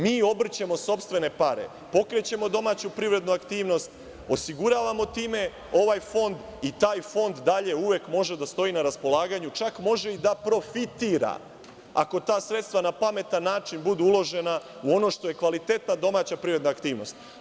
Mi obrćemo sopstvene pare, pokrećemo domaću privrednu aktivnost, osiguravamo time ovaj fond i taj fond dalje uvek može da stoji na raspolaganju, čak može i da profitira ako ta sredstva na pametan način budu uložena u ono što je kvalitetna domaća privredna aktivnost.